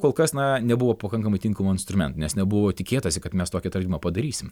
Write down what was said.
kol kas na nebuvo pakankamai tinkamų instrumentų nes nebuvo tikėtasi kad mes tokį atradimą padarysim